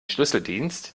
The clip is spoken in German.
schlüsseldienst